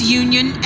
union